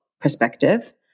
perspective